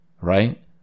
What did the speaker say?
right